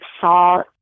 saw